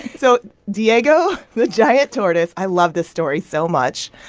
so diego the giant tortoise i love this story so much.